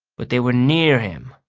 but they were near him,